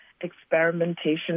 experimentation